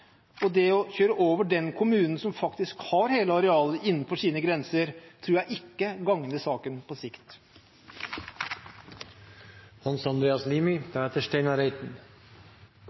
Å overkjøre den kommunen som faktisk har hele arealet innenfor sine grenser, tror jeg ikke gagner saken på sikt.